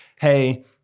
Hey